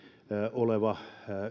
oleva